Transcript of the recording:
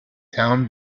down